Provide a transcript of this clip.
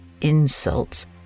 insults